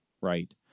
right